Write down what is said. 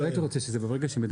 לא, לא היית רוצה, ברגע שמדברים.